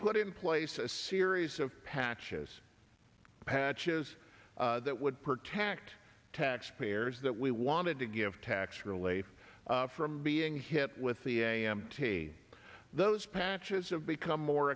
put in place a series of patches patches that would protect taxpayers that we wanted to give tax relief from being hit with the a m t those patches of become more